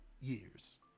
years